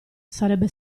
sarebbe